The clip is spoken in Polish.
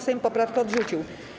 Sejm poprawkę odrzucił.